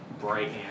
bright